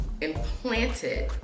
implanted